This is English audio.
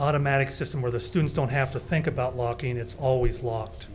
automatic system where the students don't have to think about locking it's always locked